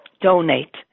Donate